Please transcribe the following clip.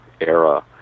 era